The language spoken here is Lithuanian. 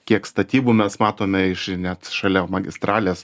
kiek statybų mes matome iš net šalia magistralės